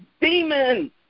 demons